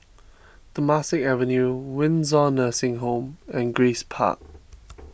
Temasek Avenue Windsor Nursing Home and Grace Park